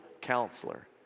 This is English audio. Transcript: Counselor